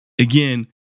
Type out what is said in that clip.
again